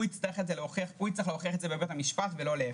הוא יצטרך להוכיח את זה בבית המשפט ולא להיפך.